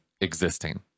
existing